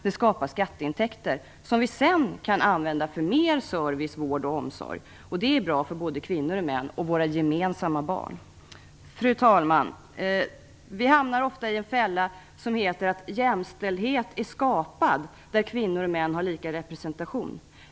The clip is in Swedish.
Det skapar skatteintäkter, som sedan kan användas för mer service, vård och omsorg, och det är bra för både kvinnor och män och för våra gemensamma barn. Fru talman! Vi hamnar ofta i en fälla, som heter att jämställdhet är skapad där kvinnor och män har lika representation.